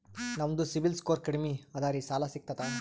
ನಮ್ದು CIBIL score ಕಡಿಮಿ ಅದರಿ ಸಾಲಾ ಸಿಗ್ತದ?